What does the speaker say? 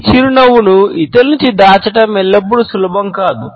ఈ చిరునవ్వును ఇతరుల నుండి దాచడం ఎల్లప్పుడూ సులభం కాదు